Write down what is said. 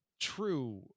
true